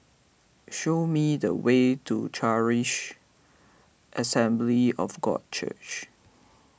show me the way to Charis Assembly of God Church